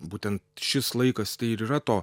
būtent šis laikas tai ir yra to